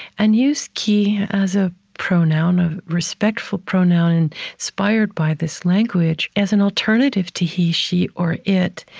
and use ki as a pronoun, a respectful pronoun and inspired by this language as an alternative to he, she, or it,